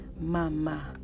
Mama